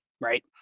right